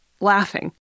laughing